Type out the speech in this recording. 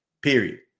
Period